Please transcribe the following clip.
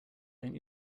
don’t